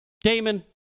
Damon